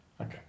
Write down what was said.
Okay